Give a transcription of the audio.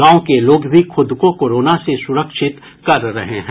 गांव के लोग भी ख़ुद को कोरोना से सुरक्षित कर रहे हैं